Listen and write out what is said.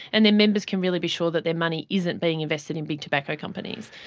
and their members can really be sure that their money isn't being invested in big tobacco companies.